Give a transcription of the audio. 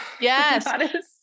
yes